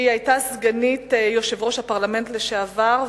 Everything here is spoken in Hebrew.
היא סגנית יושב-ראש הפרלמנט לשעבר,